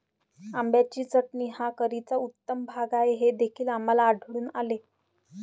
आंब्याची चटणी हा करीचा उत्तम भाग आहे हे देखील आम्हाला आढळून आले